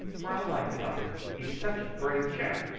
for i like the doctor he's such a brave chap.